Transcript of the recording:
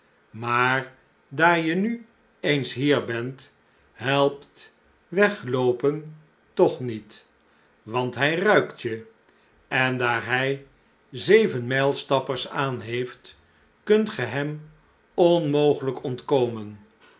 maar daar je nu eens hier bent helpt wegloopen toch niet want hij ruikt je en daar hij zevenmijlstappers aan heeft kunt ge hem onmogelijk ontkomen